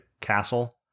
castle